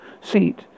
seat